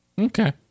Okay